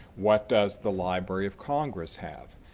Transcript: what does the library of congress have?